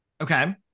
Okay